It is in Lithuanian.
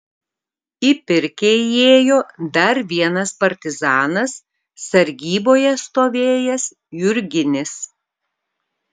į pirkią įėjo dar vienas partizanas sargyboje stovėjęs jurginis